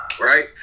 right